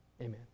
amen